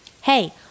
Hey